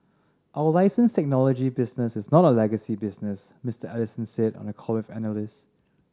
our license technology business is not a legacy business Mister Ellison said on a call with analysts